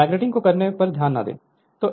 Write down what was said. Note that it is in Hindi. मैग्नेटिक को करने पर ध्यान न दें